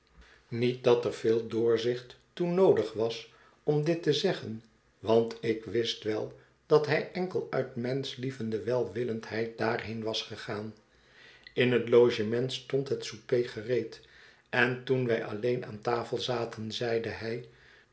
niet dat er veel doorzicht toe noodig was om dit te zeggen want ik wist wel dat hij enkel uit menschlievende welwillendheid daarheen was gegaan in het logement stond het souper gereed en toen wij alleen aan tafel zaten zeide hij